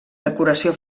decoració